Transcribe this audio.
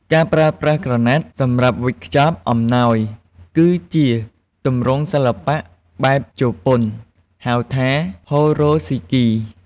ការប្រើប្រាស់ក្រណាត់សម្រាប់វេចខ្ចប់អំណោយ គឺជាទម្រង់សិល្បៈបែបជប៉ុនហៅថា "ហ៊ូរ៉ូស៊ីគី"។